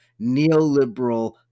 neoliberal